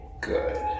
good